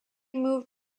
moved